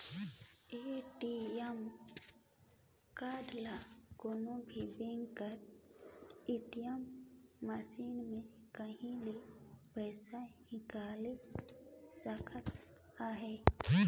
ATM card ले कोनो भी बेंक कर ए.टी.एम मसीन में कहों ले पइसा हिंकाएल सकत अहे